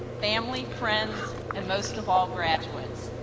family, friends and most of all graduates,